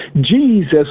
Jesus